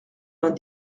vingt